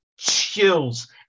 chills